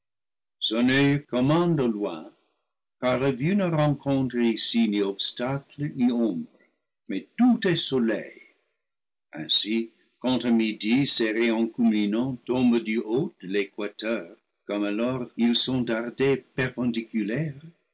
loin car la vue ne rencontre ici ni obstacle ni ombre mais tout est soleil ainsi quand à midi ses rayons culminants tombent du haut de l'équateur comme alors ils sont dardés perpendiculaires